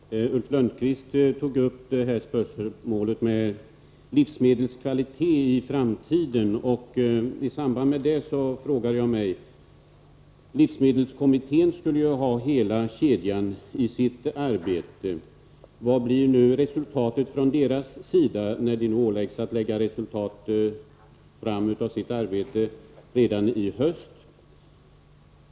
Herr talman! Ulf Lönnqvist tog upp spörsmålet om livsmedelskvalitet i framtiden. I samband därmed vill jag ställa en fråga. Livsmedelskommittén skall ju behandla hela kedjan i sitt arbete. Vad blir nu följden, när livsmedelskommittén åläggs att lägga fram resultatet av sitt arbete redan i höst?